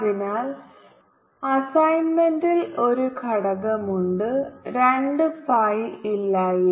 അതിനാൽ അസൈൻമെന്റിൽ ഒരു ഘടകമുണ്ട് രണ്ട് ഫൈ ഇല്ലായിരുന്നു